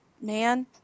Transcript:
man